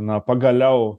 na pagaliau